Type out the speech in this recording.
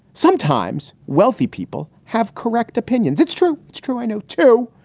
sometimes wealthy people have correct opinions. it's true. it's true. i know, too.